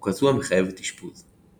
או כזו המחייבת אשפוז.